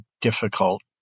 difficult